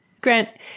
Grant